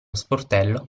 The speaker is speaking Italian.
sportello